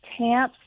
tamps